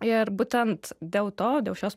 ir būtent dėl to dėl šios